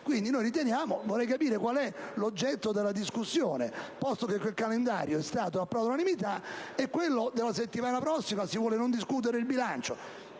di posizioni. Vorrei capire qual è l'oggetto della discussione, posto che quel calendario è stato approvato all'unanimità e, quanto a quello della settimana prossima, si vuole non discutere il bilancio?